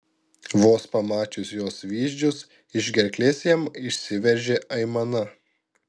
vos pamačius jos vyzdžius iš gerklės jam išsiveržė aimana